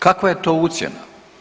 Kakva je to ucjena?